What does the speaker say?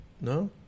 No